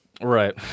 Right